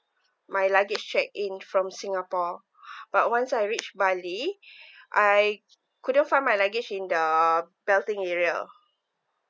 my luggage check in from singapore but once I reach bali I couldn't find my luggage in the belting area